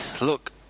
Look